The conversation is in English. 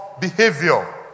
behavior